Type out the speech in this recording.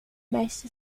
best